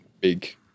big